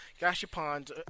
gashapons